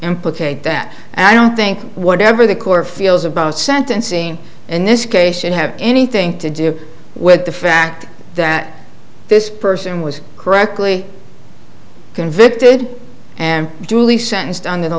implicate that and i don't think that whatever the core feels about sentencing in this case should have anything to do with the fact that this person was correctly convicted and duly sentenced on the